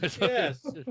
Yes